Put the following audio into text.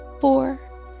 four